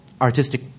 artistic